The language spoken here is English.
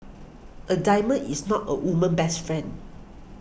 a diamond is not a woman's best friend